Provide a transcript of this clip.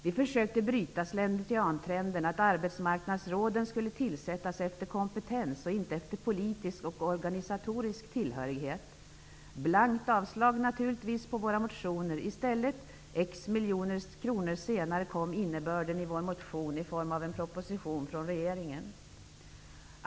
Vi försökte bryta slentriantrenden och föreslå att arbetsmarknadsråden skulle tillsättas efter kompetens och inte efter politisk och organisatorisk tillhörighet. Det blev naturligtvis blankt avslag på våra motioner. Efter X miljoner kronor presenterades innebörden av vår motion i form av en proposition från regeringen.